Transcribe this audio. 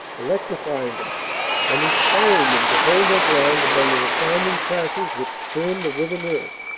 electrifying them and inspiring them to hold their ground among the resounding crashes which churned the ri ven earth.